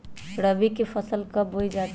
रबी की फसल कब बोई जाती है?